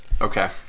Okay